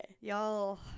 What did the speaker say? Y'all